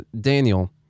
Daniel